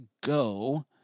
go